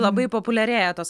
labai populiarėja tos